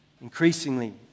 increasingly